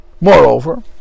Moreover